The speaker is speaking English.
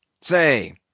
Say